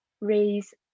raise